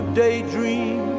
daydream